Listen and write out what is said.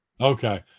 Okay